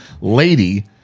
lady